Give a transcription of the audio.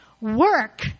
work